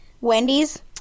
Wendy's